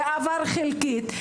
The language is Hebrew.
זה עבר חלקית,